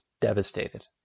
devastated